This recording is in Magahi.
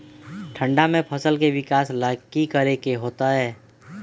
ठंडा में फसल के विकास ला की करे के होतै?